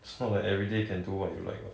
it's not like every day can do what you like what